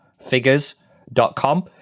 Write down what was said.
figures.com